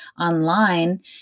online